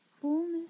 fullness